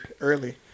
early